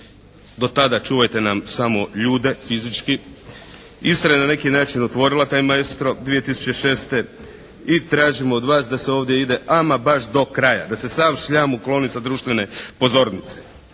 Do tada čuvajte nam samo ljude fizički. Istra je na neki način otvorila taj "maestro" 2006. i tražimo od vas da se ovdje ide ama baš do kraja, da se sav šljam ukloni sa društvene pozornice.